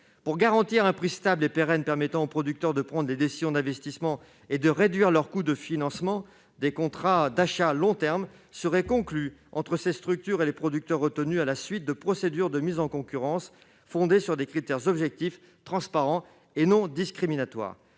Pour garantir un prix stable et pérenne permettant aux producteurs de prendre les décisions d'investissement et de réduire leur coût de financement, des contrats d'achat à long terme seraient conclus entre ces structures et les producteurs retenus à la suite de procédures de mise en concurrence fondées sur des critères objectifs, transparents et non discriminatoires.